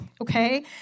okay